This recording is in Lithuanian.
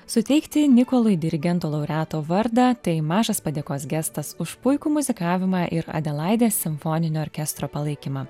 suteikti nikolui dirigento laureato vardą tai mažas padėkos gestas už puikų muzikavimą ir adelaidės simfoninio orkestro palaikymą